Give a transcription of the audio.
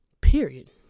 Period